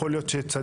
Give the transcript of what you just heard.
יכול להיות שצדקת.